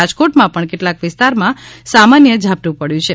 રાજકોટમાં પણ કેટલાક વિસ્તારમાં સામાન્ય ઝાપટું પડ્યું છે